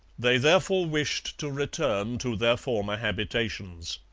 they therefore wished to return to their former habitations.